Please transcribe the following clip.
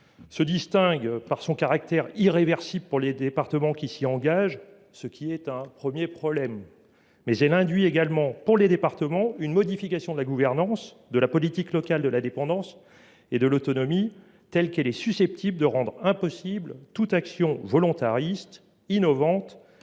se distingue par son caractère irréversible pour les départements qui s’y engageraient. C’est un premier problème. Elle induit également, pour les départements, une modification de la gouvernance de la politique locale de la dépendance et de l’autonomie dans une direction qui pourrait rendre impossible toute action volontariste, innovante